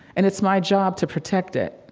and it's my job to protect it.